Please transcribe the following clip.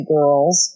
Girls